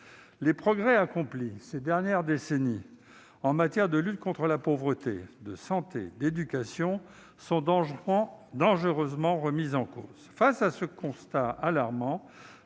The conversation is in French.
Les progrès accomplis ces dernières décennies en matière de lutte contre la pauvreté, de santé et d'éducation sont dangereusement remis en cause. Face à ce constat alarmant,